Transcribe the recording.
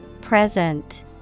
Present